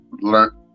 learn